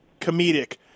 comedic